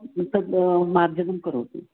तद् मार्जनं करोतु